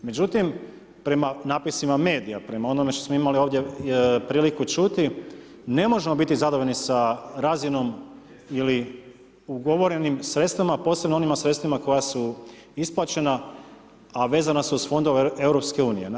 Međutim, prema natpisma medija, prema onome što smo imali ovdje priliku ćuti, ne možemo biti zadovoljni sa razinom ili ugovorenim sredstvima, posebno onima sredstvima koja su isplaćena a vezana su uz fondove EU.